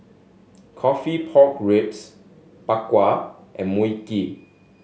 coffee pork ribs Bak Kwa and Mui Kee